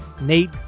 Nate